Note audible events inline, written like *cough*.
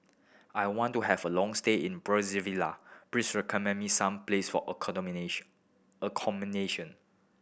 I want to have a long stay in Brazzaville please recommend me some places for *unintelligible* accommodation